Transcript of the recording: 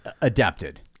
adapted